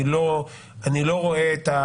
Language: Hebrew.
אני לא רואה את ה